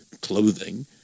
clothing